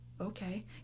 okay